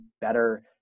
better